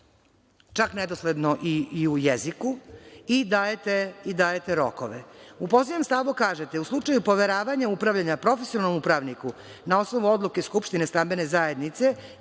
Čak, nedosledno i u jeziku i dajete rokove.U poslednjem stavu kažete, u slučaju poveravanja upravljanja profesionalnom upravniku, na osnovu odluke skupštine stambene zajednice,